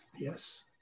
yes